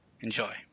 Enjoy